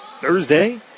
Thursday